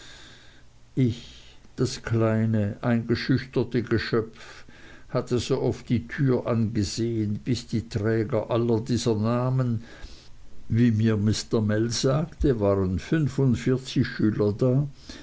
ich das kleine eingeschüchterte geschöpf hatte so oft die tür angesehen bis die träger aller dieser namen wie mir mr mell sagte waren fünfundvierzig schüler da